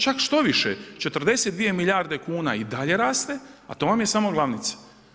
Čak štoviše, 42 milijarde kuna i dalje raste, a to vam je samo glavnica.